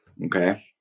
Okay